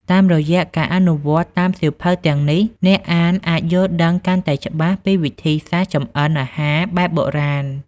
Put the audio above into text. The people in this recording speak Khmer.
តាមរយៈការអនុវត្តតាមសៀវភៅទាំងនេះ អ្នកអានអាចយល់ដឹងកាន់តែច្បាស់ពីវិធីសាស្ត្រចម្អិនអាហារបែបបុរាណ។